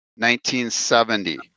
1970